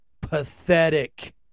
Pathetic